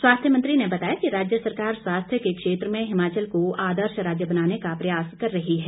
स्वास्थ्य मंत्री ने बताया कि राज्य सरकार स्वास्थ्य के क्षेत्र में हिमाचल को आदर्श राज्य बनाने का प्रयास कर रही है